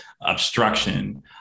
obstruction